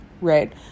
right